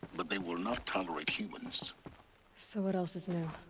but they will not tolerate humans so what else is new?